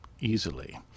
easily